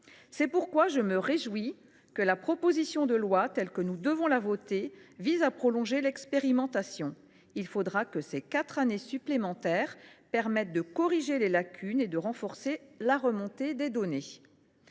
C’est pourquoi je me réjouis que la proposition de loi, dans sa nouvelle rédaction, vise à prolonger l’expérimentation. Il faudra que ces quatre années supplémentaires permettent de corriger les lacunes et de renforcer la remontée des données.